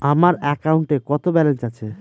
আমার অ্যাকাউন্টে কত ব্যালেন্স আছে?